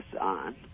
on